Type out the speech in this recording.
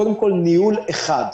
קודם כול ניהול אחד.